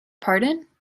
pardon